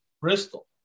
Bristol